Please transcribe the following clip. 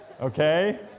Okay